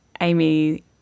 amy